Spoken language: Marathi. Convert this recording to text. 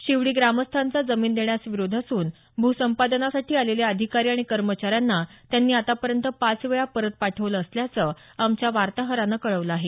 शिवडी ग्रामस्थांचा जमीन देण्यास विरोध असून भूसंपादनासाठी आलेल्या अधिकारी आणि कर्मचाऱ्यांना त्यांनी आतापर्यंत पाच वेळा परत पाठवलं असल्याचं आमच्या वार्ताहरानं कळवलं आहे